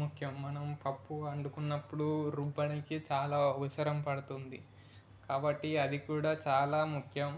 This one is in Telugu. ముఖ్యం మనం పప్పు వండుకున్నప్పుడు రుబ్బడానీకి చాలా అవసరం పడుతుంది కాబట్టి అది కూడా చాలా ముఖ్యం